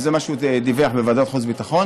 וזה מה שהוא דיווח בוועדת חוץ וביטחון,